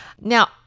Now